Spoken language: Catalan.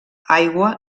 aigua